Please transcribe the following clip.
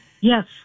Yes